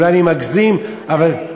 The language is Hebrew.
אולי אני מגזים, אבל,